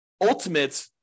ultimate